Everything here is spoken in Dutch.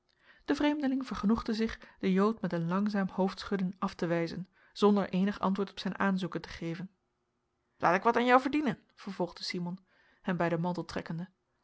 de vreemdeling vergenoegde zich den jood met een langzaam hoofdschudden af te wijzen zonder eenig antwoord op zijn aanzoeken te geven laat ik wat an jou verdienen vervolgde simon hem bij den mantel trekkende